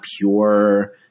pure